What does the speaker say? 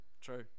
True